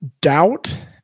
doubt